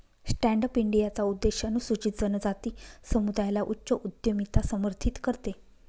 stand up इंडियाचा उद्देश अनुसूचित जनजाति समुदायाला मध्य उद्यमिता समर्थित करते